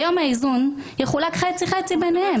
ביום האיזון יחולק חצי-חצי ביניהם.